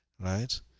right